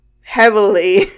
heavily